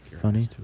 Funny